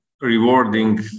rewarding